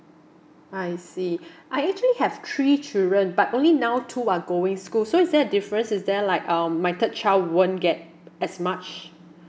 I see I actually have three children but only now two are going school so is there a different is there like um my third child won't get as much